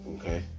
Okay